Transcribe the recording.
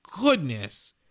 goodness